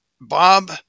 Bob